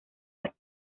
las